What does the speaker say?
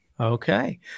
Okay